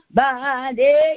body